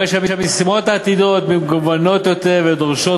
המשימות העתידיות מגוונות יותר ודורשות